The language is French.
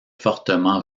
fortement